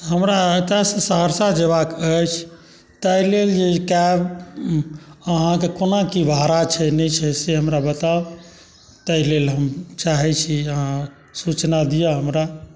हमरा एतऽसँ सहरसा जएबाक अछि ताहिलेल जे कैब अहाँके कोना की भाड़ा छै नहि छै से हमरा बताउ ताहिलेल हम चाहै छी अहाँ सूचना दिअ हमरा